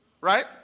Right